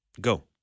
Go